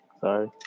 Sorry